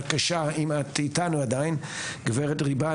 בבקשה גב' ריבה,